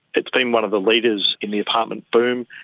it's been one of the leaders in the apartment boom.